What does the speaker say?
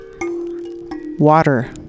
water